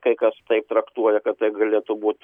kai kas tai traktuoja kad tai galėtų būt